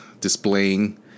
displaying